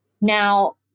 Now